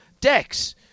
dex